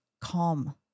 calm